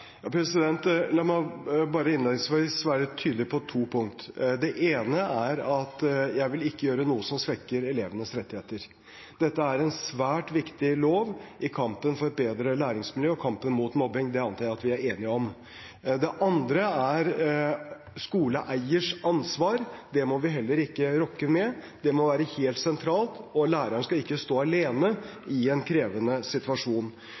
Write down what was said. La meg innledningsvis være tydelig på to punkt. Det ene er at jeg ikke vil gjøre noe som svekker elevenes rettigheter. Dette er en svært viktig lov i kampen for et bedre læringsmiljø og kampen mot mobbing, det antar jeg at vi er enige om. Det andre er skoleeiers ansvar, det må vi heller ikke rokke ved, det må være helt sentralt. Læreren skal ikke stå alene i en krevende situasjon.